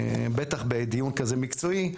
בטח בדיון כזה מקצועי,